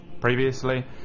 previously